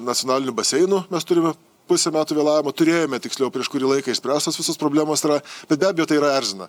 nacionaliniu baseinu mes turime pusę metų vėlavimo turėjome tiksliau prieš kurį laiką išspręstos visos problemos yra bet be abejo tai yra erzina